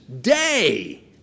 day